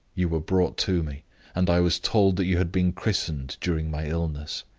you were brought to me and i was told that you had been christened during my illness.